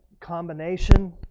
combination